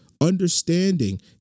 understanding